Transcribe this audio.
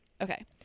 okay